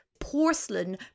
porcelain